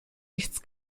nichts